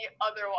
otherwise